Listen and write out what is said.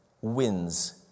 wins